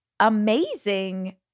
amazing